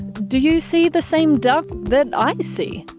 do you see the same duck that i see?